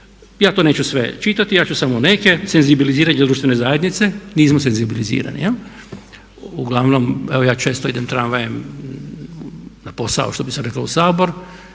Ja to neću sve čitati, ja ću samo neke senzibiliziranje društvene zajednice, nismo senzibilizirani jel? Uglavnom, evo ja često idem tramvajem na posao što bi se reklo u Sabor,